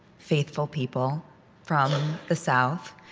faithful people from the south.